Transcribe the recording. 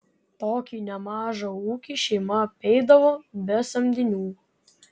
tokį nemažą ūkį šeima apeidavo be samdinių